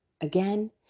Again